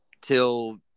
till